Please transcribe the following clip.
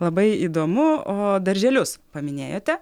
labai įdomu o darželius paminėjote